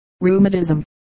rheumatism